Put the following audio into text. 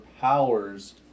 powers